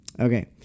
Okay